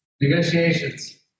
negotiations